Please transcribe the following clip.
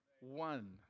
One